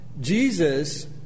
Jesus